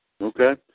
Okay